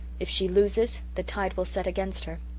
if she loses, the tide will set against her.